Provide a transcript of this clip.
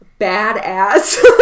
badass